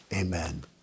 amen